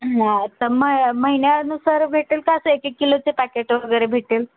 हां तर म महिन्यानुसार भेटेल का असं एक एक किलोचे पॅकेट वगैरे भेटेल